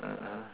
ah ah